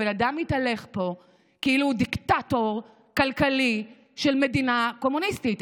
הבן אדם מתהלך פה כאילו הוא דיקטטור כלכלי של מדינה קומוניסטית.